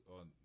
on